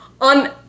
on